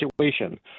situation